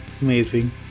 Amazing